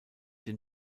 den